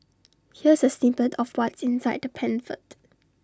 here's A snippet of what's inside the pamphlet